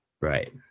Right